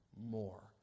more